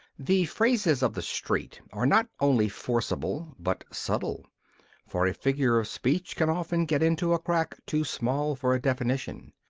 the phrases of the street are not only forcible but subtle for a figure of speech can often get into a crack too small for a definition.